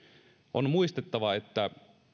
on muistettava että